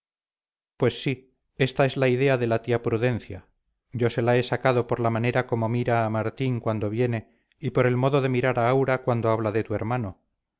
pues sí esta es la idea de la tía prudencia yo se la he sacado por la manera como mira a martín cuando viene y por el modo de mirar a aura cuando habla de tu hermano